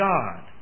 God